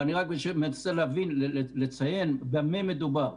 אני רק מנסה לציין במה מדובר.